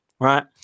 right